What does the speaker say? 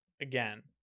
again